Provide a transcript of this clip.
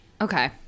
Okay